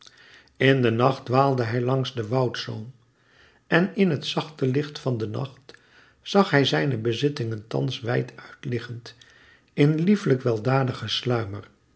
in de nacht dwaalde hij langs den woudzoom en in het zachte licht van de nacht zag hij zijne bezittingen thans wijd uit liggend in lieflijk weldadigen sluimer